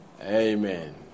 amen